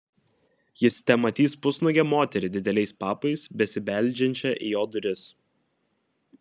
jis tematys pusnuogę moterį dideliais papais besibeldžiančią į jo duris